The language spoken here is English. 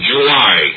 July